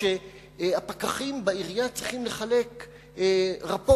שהפקחים בעירייה צריכים לחלק רפורטים,